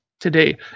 Today